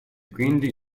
quindi